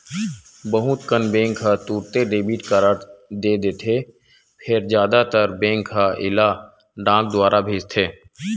बहुत कन बेंक ह तुरते डेबिट कारड दे देथे फेर जादातर बेंक ह एला डाक दुवार भेजथे